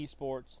esports